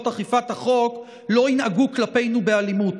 אכיפת החוק לא ינהגו כלפינו באלימות.